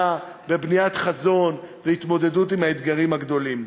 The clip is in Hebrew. ובבניית חזון להתמודדות עם האתגרים הגדולים.